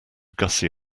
gussie